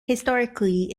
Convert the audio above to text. historically